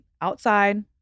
outside